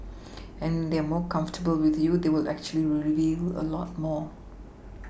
and they are more comfortable with you they will actually reveal a lot more